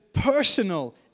personal